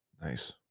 Nice